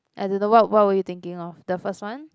I don't know what what were you thinking of the first one